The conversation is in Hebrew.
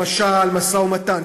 למשל משא-ומתן.